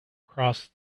cross